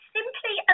Simply